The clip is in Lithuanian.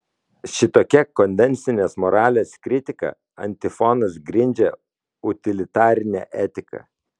šitokia konvencinės moralės kritika antifonas grindžia utilitarinę etiką